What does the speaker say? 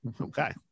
Okay